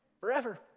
Forever